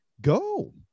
go